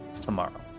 tomorrow